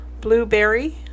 Blueberry